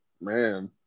man